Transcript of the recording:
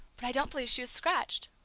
but i don't believe she was scratched!